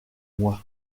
moi